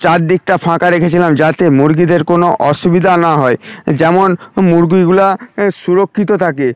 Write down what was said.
চারদিকটা ফাঁকা রেখেছিলাম যাতে মুরগিদের কোনো অসুবিধা না হয় যেমন মুরগিগুলা সুরক্ষিত থাকে